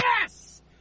Yes